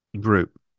group